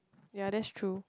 ya that's true